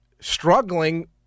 struggling –